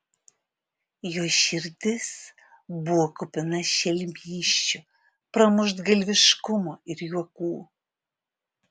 jo širdis buvo kupina šelmysčių pramuštgalviškumo ir juokų